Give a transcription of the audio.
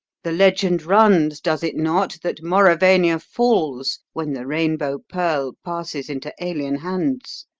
the legend runs, does it not, that mauravania falls when the rainbow pearl passes into alien hands.